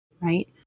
right